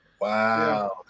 Wow